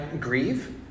grieve